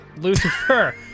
Lucifer